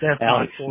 Alex